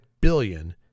billion